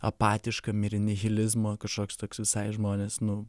apatiškam nihilizmo kažkoks toks visai žmones nu